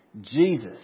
Jesus